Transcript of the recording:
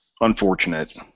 unfortunate